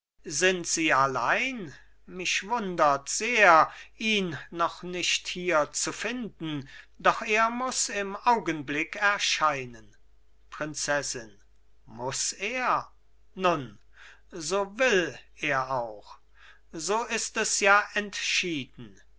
sind sie allein mich wundert sehr ihn noch nicht hier zu finden doch er muß im augenblick erscheinen prinzessin muß er nun so will er auch so ist es ja entschieden